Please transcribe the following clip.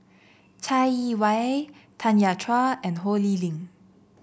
Chai Yee Wei Tanya Chua and Ho Lee Ling